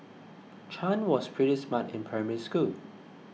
Chan was pretty smart in Primary School